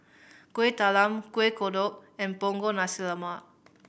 Kueh Talam Kuih Kodok and Punggol Nasi Lemak